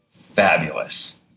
fabulous